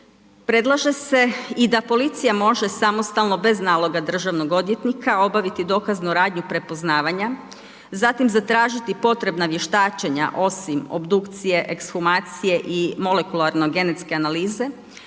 Predlaže se i da policija može samostalno bez naloga državnog odvjetnika obaviti dokaznu radnju prepoznavanja zatim zatražiti potrebna vještačenja osim obdukcije, ekshumacije i molekularno genetske analize.